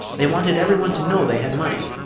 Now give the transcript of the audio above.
they wanted everyone to know they had money,